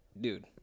dude